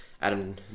Adam